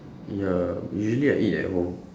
ya usually I eat at home